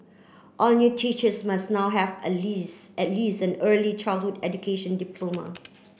all new teachers must now have a least at least an early childhood education diploma